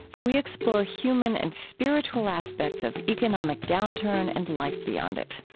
we explore human and spiritual aspects of economic downturn and life beyond it.